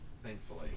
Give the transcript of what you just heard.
thankfully